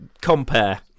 compare